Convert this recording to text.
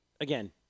again